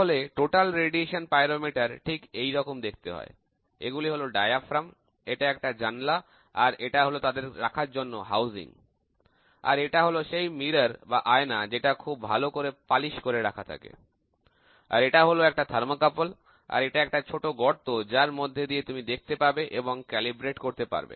তাহলে total radiation pyrometer ঠিক এইরকমই দেখতে হয় এগুলি হল ডায়াফ্রাম এটা একটা জানলা আর এটা হল তাদের রাখার জন্য নিবসন আর এটা হল সেই আয়না যেটা খুব ভালো করে পালিশ করে রাখা থাকে আর এটা হল একটা থার্মোকাপল এবং এটা একটা ছোট গর্ত যার মধ্যে দিয়ে পর্যবেক্ষণ করে সঠিক ক্যালিব্রেশন করতে পারবে